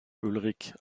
ulrich